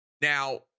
Now